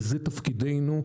זה תפקידנו,